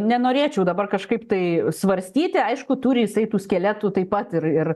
nenorėčiau dabar kažkaip tai svarstyti aišku turi jisai tų skeletų taip pat ir ir